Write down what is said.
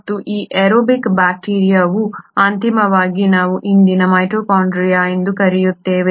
ಮತ್ತು ಈ ಏರೋಬಿಕ್ ಬ್ಯಾಕ್ಟೀರಿಯಾವು ಅಂತಿಮವಾಗಿ ನಾವು ಇಂದಿನ ಮೈಟೊಕಾಂಡ್ರಿಯಾ ಎಂದು ಕರೆಯುತ್ತೇವೆ